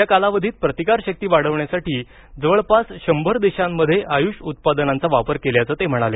या कालावधीत प्रतिकारशक्ती वाढवण्यासाठी जवळपास शंभर देशांमध्ये आयुष उत्पादनांचा वापर केल्याचं ते म्हणाले